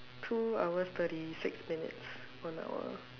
two hours thirty six minutes one hour